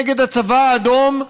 נגד הצבא האדום,